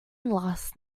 last